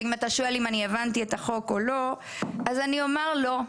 אם אתה שואל אם הבנתי את החוק או לא אז אני אומר שלא,